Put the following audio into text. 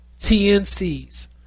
TNCs